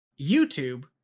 YouTube